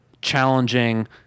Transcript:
challenging